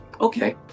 Okay